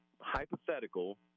hypothetical